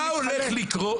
מה הולך לקרות?